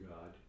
God